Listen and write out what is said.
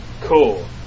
Cool